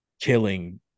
killing